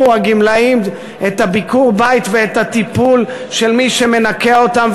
הגמלאים את ביקור הבית ואת הטיפול של מי שמנקה אותם,